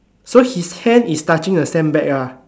so his hand is touching the sandbag ah